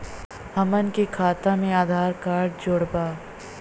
हमन के खाता मे आधार कार्ड जोड़ब?